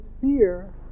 fear